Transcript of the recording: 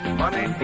money